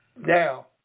Now